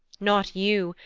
not you,